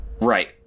Right